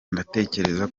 ndatekereza